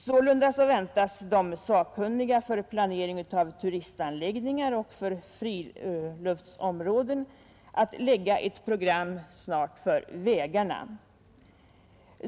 Sålunda väntas de sakkunniga för planering av turistanläggningar och friluftsområden snart lägga fram ett program för vägarna.